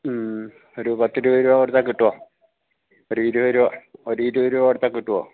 മ്മ് ഒരു പത്തിരുപത് രൂപ കൊടുത്താൽ കിട്ടുമോ ഒരു ഇരുപത് രൂപ ഒരു ഇരുപത് രൂപ കൊടുത്താൽ കിട്ടുമോ